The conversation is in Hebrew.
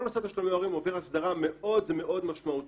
כל נושא תשלומי ההורים עובר הסדרה מאוד משמעותית